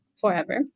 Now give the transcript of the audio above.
forever